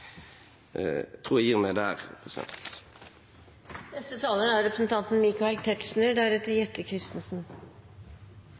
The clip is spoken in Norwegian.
tror jeg gir meg der.